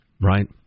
Right